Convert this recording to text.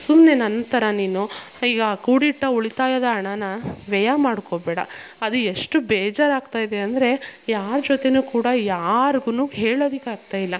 ಸುಮ್ಮನೆ ನನ್ನ ಥರ ನೀನು ಈಗ ಕೂಡಿಟ್ಟ ಉಳಿತಾಯದ ಹಣನ ವ್ಯಯ ಮಾಡಿಕೋಬೇಡ ಅದು ಎಷ್ಟು ಬೇಜಾರಾಗುತ್ತಾ ಇದೆ ಅಂದರೆ ಯಾರ ಜೊತೆ ಕೂಡ ಯಾರ್ಗು ಹೇಳೋದಕ್ಕಾಗ್ತ ಇಲ್ಲ